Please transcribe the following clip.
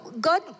God